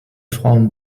frauen